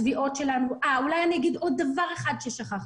אני אגיד עוד דבר אחד ששכחתי.